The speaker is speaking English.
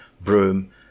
broom